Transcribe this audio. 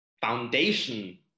foundation